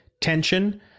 tension